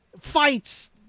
fights